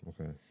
Okay